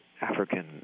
African